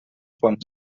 quants